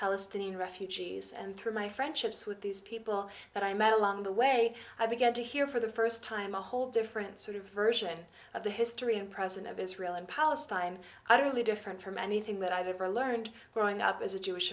palestinian refugees and through my friendships with these people that i met along the way i began to hear for the first time a whole different sort of version of the history and present of israel and palestine i really different from anything that i've ever learned growing up as a jewish